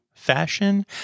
fashion